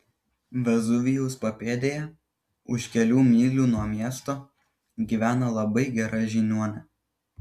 vezuvijaus papėdėje už kelių mylių nuo miesto gyvena labai gera žiniuonė